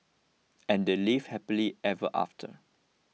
and they lived happily ever after